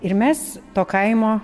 ir mes to kaimo